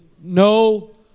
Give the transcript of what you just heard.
no